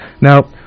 Now